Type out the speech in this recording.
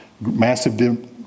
massive